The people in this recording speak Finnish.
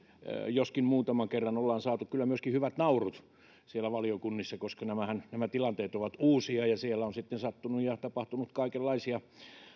joskin muutaman kerran ollaan saatu kyllä myöskin hyvät naurut siellä valiokunnissa koska nämä tilanteet ovat uusia ja siellä on sitten sattunut ja tapahtunut kaikenlaisia